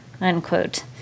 unquote